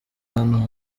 abantu